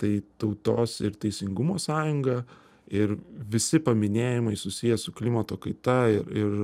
tai tautos ir teisingumo sąjunga ir visi paminėjimai susiję su klimato kaita ir